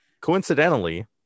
coincidentally